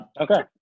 Okay